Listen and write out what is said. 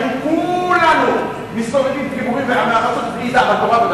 היינו כולנו מסתובבים כבורים ועמי ארצות בלי לדעת שום דבר.